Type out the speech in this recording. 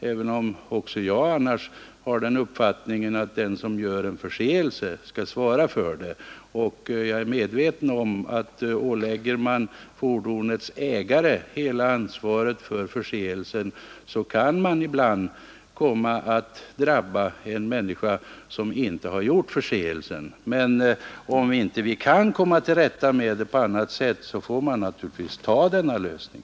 Annars har också jag den uppfattningen att den som gör sig skyldig till en förseelse skall svara för den. Jag är medveten om att om man lägger ansvaret på fordonets ägare så kan det ibland komma att drabba en människa som inte har begått förseelsen i fråga. Men om det inte går att komma till rätta med problemet på annat sätt får man naturligtvis ta denna lösning.